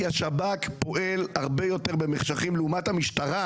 כי השב"כ פועל הרבה יותר במחשכים לעומת המשטרה,